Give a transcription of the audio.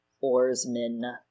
oarsmen